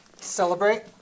Celebrate